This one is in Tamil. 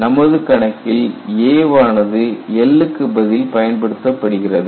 நமது கணக்கில் a வானது L க்கு பதில் பயன்படுத்தப்படுகிறது